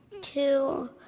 two